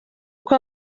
uko